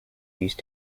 used